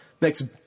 next